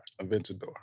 Aventador